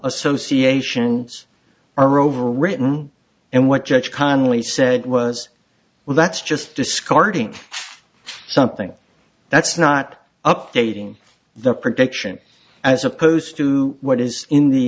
association are overwritten and what judge conley said was well that's just discarding something that's not updating the prediction as opposed to what is in the